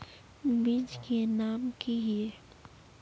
बीज के नाम की हिये?